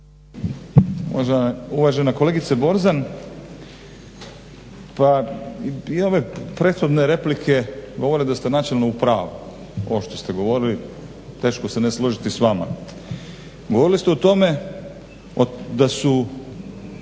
Uvažena kolegice Borzan, pa i ove prethodne replike govore da ste načelno upravu. Ovo što ste govorili teško se ne složiti s vama. Govorili ste o tome da su